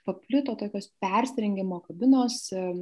paplito tokios persirengimo kabinos